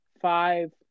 five